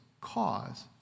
cause